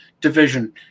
division